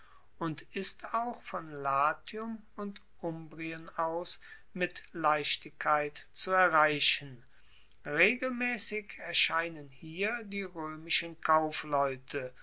und ist auch von latium und umbrien aus mit leichtigkeit zu erreichen regelmaessig erschienen hier die roemischen kaufleute